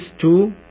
two